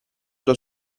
tua